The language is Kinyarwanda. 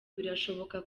birashoboka